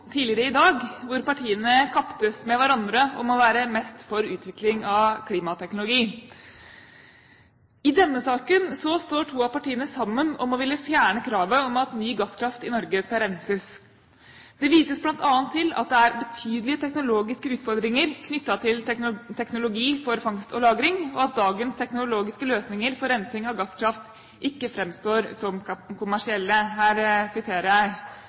tidligere i dag, hvor partiene kaptes med hverandre om å være mest for utvikling av klimateknologi. I denne saken står to av partiene sammen om å ville fjerne kravet om at ny gasskraft i Norge skal renses. Det vises bl.a. til at det er betydelige teknologiske utfordringer knyttet til teknologi for fangst og lagring, og at «dagens teknologiske løsninger for rensing av gasskraft fremstår derfor ikke som kommersielle». Her siterer jeg